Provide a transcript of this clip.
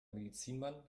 medizinmann